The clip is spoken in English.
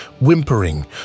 whimpering